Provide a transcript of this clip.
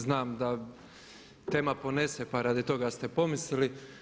Znam da tema ponese, pa radi toga ste pomislili.